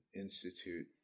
institute